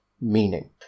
meaning